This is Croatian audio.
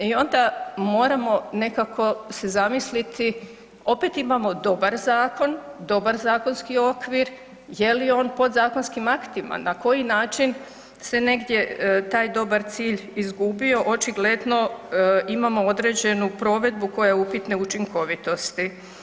I onda moramo nekako se zamisliti, opet imamo dobar zakon, dobar zakonski okvir, je li on podzakonskim aktima, na koji način se negdje taj dobar cilj izgubio, očigledno imamo određenu provedbu koja je upitne učinkovitosti.